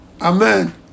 Amen